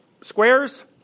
squares